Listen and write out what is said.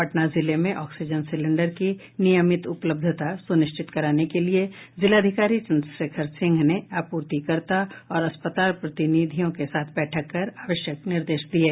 पटना जिले में oxygen cylinder की नियमित उपलब्धता सुनिश्चित कराने के लिये जिलाधिकारी चंद्रशेखर सिंह ने आपूर्तिकर्ता और अस्पताल प्रतिनिधियों के साथ बैठक कर आवश्यक निर्देश दिये